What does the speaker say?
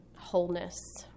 wholeness